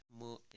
more